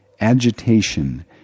Agitation